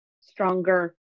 stronger